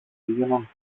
πήγαιναν